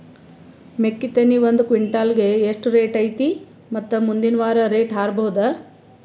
ಮೆಕ್ಕಿ ತೆನಿ ಒಂದು ಕ್ವಿಂಟಾಲ್ ಗೆ ಎಷ್ಟು ರೇಟು ಐತಿ ಮತ್ತು ಮುಂದಿನ ವಾರ ರೇಟ್ ಹಾರಬಹುದ?